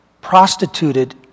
prostituted